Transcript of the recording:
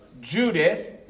Judith